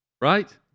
right